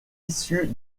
issue